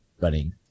running